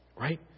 Right